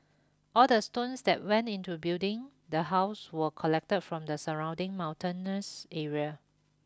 all the stones that went into building the house were collected from the surrounding mountainous area